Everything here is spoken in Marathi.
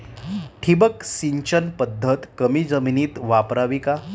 ठिबक सिंचन पद्धत कमी जमिनीत वापरावी का?